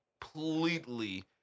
completely